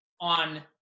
on